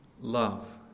love